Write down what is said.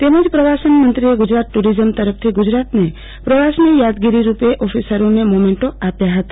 તેમજ પ્રવાસન મંત્રીએ ગુજરાત ટુરીજમ તરફથી ગુજરાત પ્રવાસની યાદગીરી રૂપે ઓફીસરોને મોમેન્ટો આપ્યા હતા